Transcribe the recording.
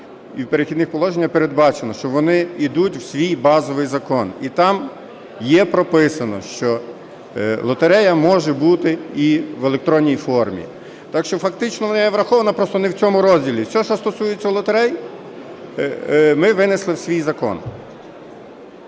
і в "Перехідних положеннях" передбачено, що вони ідуть в свій базовий закон. І там є прописано, що лотерея може бути і в електронній формі. Так що фактично вона є врахована, просто не в цьому розділі. Все що стосується лотерей, ми винесли в свій закон.